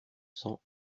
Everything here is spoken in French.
cents